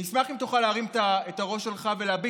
אני אשמח אם תוכל להרים את הראש שלך ולהביט